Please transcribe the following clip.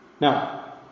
Now